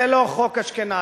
זה לא חוק אשכנזי.